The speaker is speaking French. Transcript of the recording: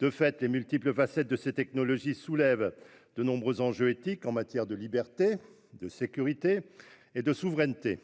De fait, les multiples facettes des technologies biométriques soulèvent de nombreux enjeux éthiques en matière de liberté, de sécurité et de souveraineté.